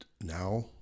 now